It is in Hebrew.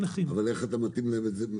איך אתה מתאים להם את זה?